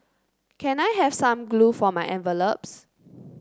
can I have some glue for my envelopes